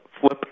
flip